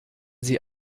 sie